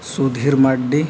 Sudhir Mardi